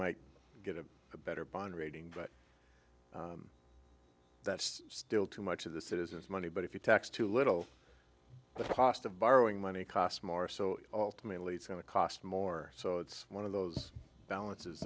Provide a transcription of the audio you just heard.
might get a better bond rating but that's still too much of the citizens money but if you tax too little the cost of borrowing money costs more so ultimately it's going to cost more so it's one of those balances